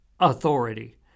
authority